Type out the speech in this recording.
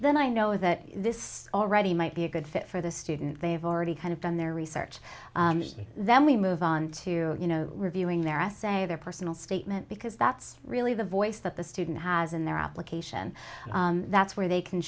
then i know that this already might be a good fit for the student they've already kind of done their research and then we move on to you know reviewing their essay their personal statement because that's really the voice that the student has in their application that's where they can